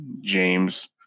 James